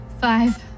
five